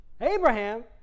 Abraham